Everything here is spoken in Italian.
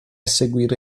seguire